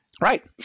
Right